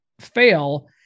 fail